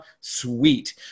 Sweet